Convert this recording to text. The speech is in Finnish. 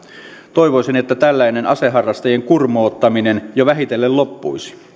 toivoisin että tällainen aseharrastajien kurmoottaminen jo vähitellen loppuisi